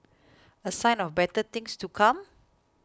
a sign of better things to come